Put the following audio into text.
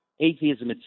atheism